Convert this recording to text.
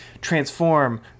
transform